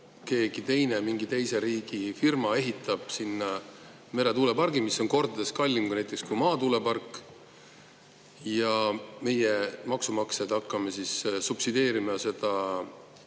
keegi teine, mingi teise riigi firma ehitab sinna meretuulepargi, mis on kordades kallim kui maatuulepark. Ja meie, maksumaksjad, hakkame subsideerima seda